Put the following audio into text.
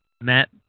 Matt